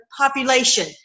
population